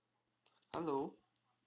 hello